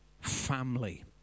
family